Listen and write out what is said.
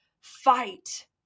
fight